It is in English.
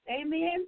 amen